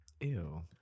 Ew